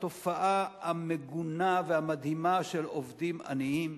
התופעה המגונה והמדהימה של עובדים עניים.